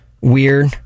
weird